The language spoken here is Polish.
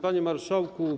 Panie Marszałku!